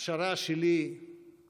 הפשרה שלי נדחתה.